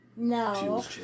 No